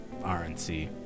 RNC